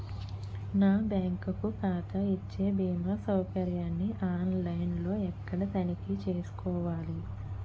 నా బ్యాంకు ఖాతా ఇచ్చే భీమా సౌకర్యాన్ని ఆన్ లైన్ లో ఎక్కడ తనిఖీ చేసుకోవాలి?